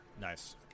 Nice